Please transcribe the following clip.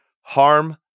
Harm